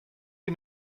you